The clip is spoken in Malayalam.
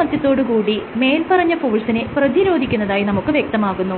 ഒന്നിച്ച് മേല്പറഞ്ഞ ഫോഴ്സിനെ പ്രതിരോധിക്കുന്നതായി നമുക്ക് വ്യക്തമാകുന്നു